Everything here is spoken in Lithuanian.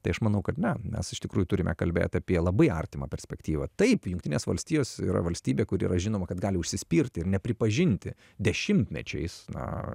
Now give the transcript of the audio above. tai aš manau kad ne mes iš tikrųjų turime kalbėt apie labai artimą perspektyvą taip jungtinės valstijos yra valstybė kuri yra žinoma kad gali užsispirti ir nepripažinti dešimtmečiais na